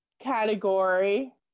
category